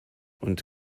und